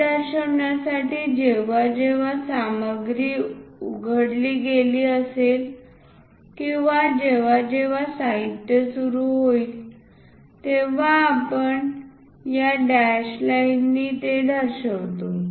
हे दर्शविण्यासाठी जेव्हा जेव्हा सामग्री उघडली गेली असेल किंवा जेव्हा जेव्हा साहित्य सुरू होईल तेव्हा आपण या डॅश लाइन नी ते दर्शवितो